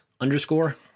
underscore